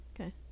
Okay